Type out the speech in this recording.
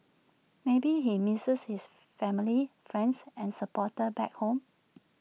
maybe he misses his family friends and supporters back home